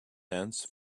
hands